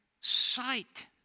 sight